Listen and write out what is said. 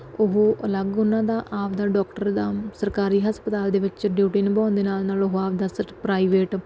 ਉਹ ਅਲੱਗ ਉਹਨਾਂ ਦਾ ਆਪਦਾ ਡੋਕਟਰ ਦਾ ਸਰਕਾਰੀ ਹਸਪਤਾਲ ਦੇ ਵਿੱਚ ਡਿਊਟੀ ਨਿਭਾਉਣ ਦੇ ਨਾਲ ਨਾਲ ਉਹ ਆਪਦਾ ਸਰ ਪ੍ਰਾਈਵੇਟ